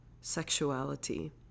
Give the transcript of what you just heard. sexuality